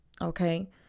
okay